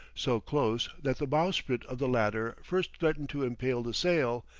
so close that the bowsprit of the latter first threatened to impale the sail,